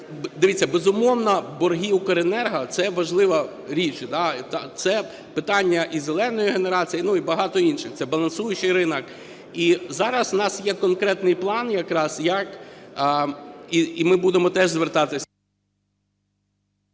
Дивіться, безумовно, борги "Укренерго" – це важлива річ, це питання і "зеленої" генерації, і багато інших, це балансуючий ринок. І зараз у нас є конкретний план якраз, як... І ми будемо теж звертатись...